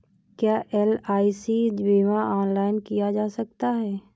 क्या एल.आई.सी बीमा ऑनलाइन किया जा सकता है?